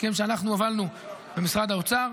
הסכם שהובלנו במשרד האוצר,